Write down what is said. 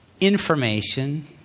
information